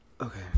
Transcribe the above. okay